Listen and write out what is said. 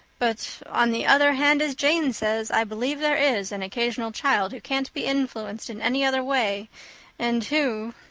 but on the other hand, as jane says, i believe there is an occasional child who can't be influenced in any other way and who,